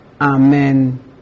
Amen